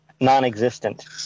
Non-existent